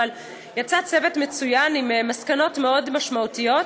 אבל יצא צוות מצוין עם מסקנות מאוד משמעותיות,